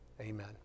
Amen